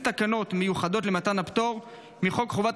תקנות מיוחדות בחוק חובת